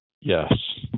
Yes